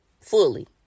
fully